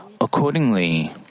accordingly